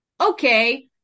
okay